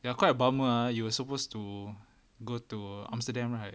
ya quite a bummer ah you were supposed to go to amsterdam right